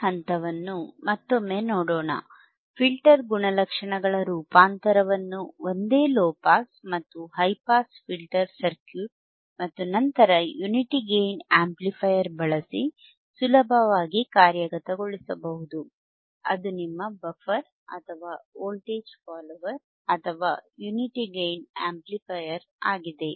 ಈ ಹಂತವನ್ನು ಮತ್ತೊಮ್ಮೆ ನೋಡೋಣ ಫಿಲ್ಟರ್ ಗುಣಲಕ್ಷಣಗಳ ರೂಪಾಂತರವನ್ನು ಒಂದೇ ಲೊ ಪಾಸ್ ಮತ್ತು ಹೈ ಪಾಸ್ ಫಿಲ್ಟರ್ ಸರ್ಕ್ಯೂಟ್ ಮತ್ತು ನಂತರ ಯುನಿಟಿ ಗೇಯ್ನ್ ಆಂಪ್ಲಿಫೈಯರ್ ಬಳಸಿ ಸುಲಭವಾಗಿ ಕಾರ್ಯಗತಗೊಳಿಸಬಹುದು ಅದು ನಿಮ್ಮ ಬಫರ್ ಅಥವಾ ವೋಲ್ಟೇಜ್ ಫಾಲ್ಲೋವರ್ ಅಥವಾ ಯುನಿಟಿ ಗೇಯ್ನ್ ಆಂಪ್ಲಿಫೈಯರ್ ಆಗಿದೆ